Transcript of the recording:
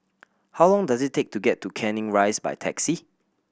how long does it take to get to Canning Rise by taxi